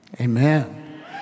Amen